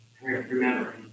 Remember